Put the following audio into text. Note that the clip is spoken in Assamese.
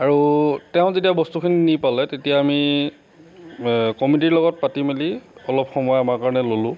আৰু তেওঁ যেতিয়া বস্তুখিনি নি পালে তেতিয়া আমি কমিটিৰ লগত পাতি মেলি অলপ সময় আমাৰ কাৰণে ল'লোঁ